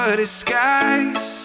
disguise